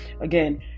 again